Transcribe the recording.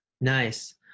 nice